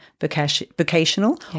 vocational